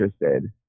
interested